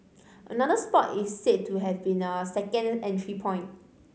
another spot is said to have been a second entry point